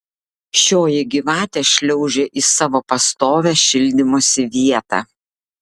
šioji gyvatė šliaužė į savo pastovią šildymosi vietą